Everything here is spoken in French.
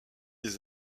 des